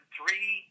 three